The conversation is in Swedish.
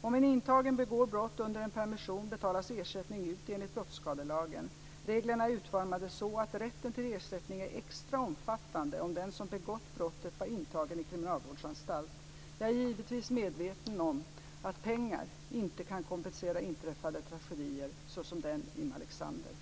Om en intagen begår brott under en permission betalas ersättning ut enligt brottsskadelagen. Reglerna är utformade så att rätten till ersättning är extra omfattande om den som begått brottet var intagen i kriminalvårdsanstalt. Jag är givetvis medveten om att pengar inte kan kompensera inträffade tragedier, såsom den i Malexander.